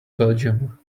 belgium